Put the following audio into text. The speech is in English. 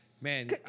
man